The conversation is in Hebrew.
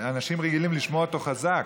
אנשים רגילים לשמוע אותו חזק.